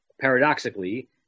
paradoxically